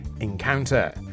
encounter